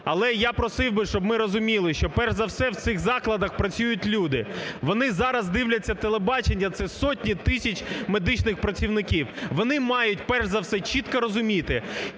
але я просив би, щоб ми розуміли, що перш за все в цих закладах працюють люди. Вони зараз дивляться телебачення, це сотні тисяч медичних працівників, вони мають перш за все чітко розуміти,